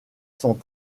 sont